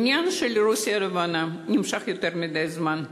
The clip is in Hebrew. העניין של רוסיה הלבנה נמשך יותר מדי זמן.